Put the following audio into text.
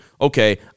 Okay